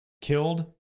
killed